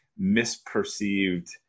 misperceived